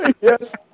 Yes